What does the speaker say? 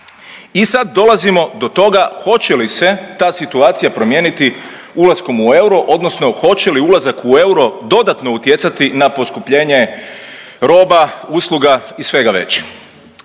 I sad dolazimo do toga hoće li se ta situacija promijeniti ulaskom u euro odnosno hoće li ulazak u euro dodatno utjecati na poskupljenje roba, usluga i svega već?